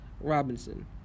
robinson